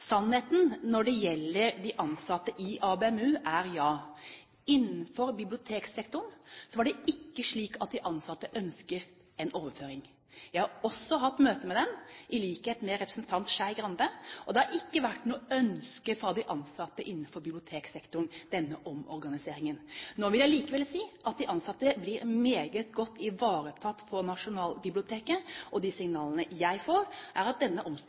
Sannheten når det gjelder de ansatte i ABM-u, er at ja, innenfor biblioteksektoren var det ikke slik at de ansatte ønsker en overføring. Jeg har også hatt møte med dem, i likhet med representanten Skei Grande, og denne omorganiseringen har ikke vært noe ønske fra de ansatte innenfor biblioteksektoren. Nå vil jeg likevel si at de ansatte blir meget godt ivaretatt på Nasjonalbiblioteket, og de signalene jeg får, er at denne